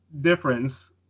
difference